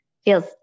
Feels